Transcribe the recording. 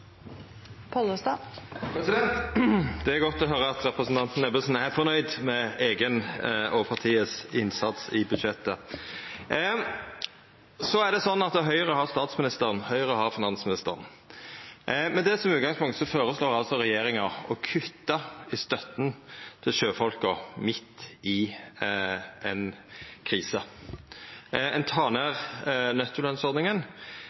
fornøgd med eigen og partiet sin innsats i budsjettet. Høgre har statsministeren, og Høgre har finansministeren. Med det som utgangspunkt føreslår altså regjeringa å kutta i støtta til sjøfolka midt i ei krise. Ein